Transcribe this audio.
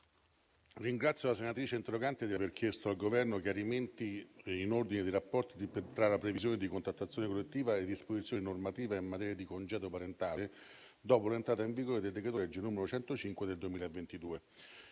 ringrazio la senatrice interrogante per avere chiesto al Governo chiarimenti in ordine ai rapporti tra le previsioni della contrattazione collettiva e le disposizioni normative in materia di congedo parentale dopo l'entrata in vigore del decreto legislativo n. 105 del 2022.